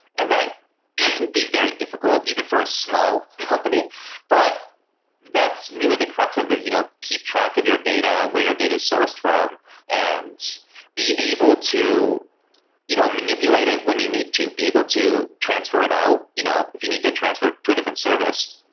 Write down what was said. and that can be very difficult, even for a small company but that's really the crux of this you know keep track of your data where your data is sourced from and be able to you know manipulate it when you need to, be able to transfer it out you know if you need to transfer to a different service,